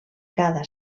cada